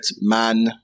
man